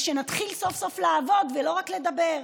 ושנתחיל סוף-סוף לעבוד ולא רק לדבר?